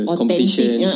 competition